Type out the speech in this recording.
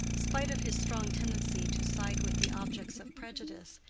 spite of his strong tendency to side with the objects of prejudice,